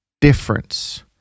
difference